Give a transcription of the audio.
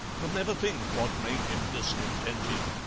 could never think what made him discontented.